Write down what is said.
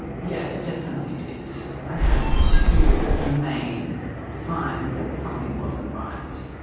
yeah it definitely did. i had two of the main signs that something wasn't right.